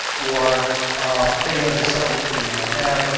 or any other subject that we might have,